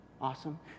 Awesome